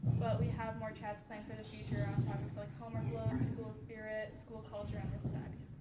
but we have more chats planned for the future on topics like homework load, school spirit, school culture and respect.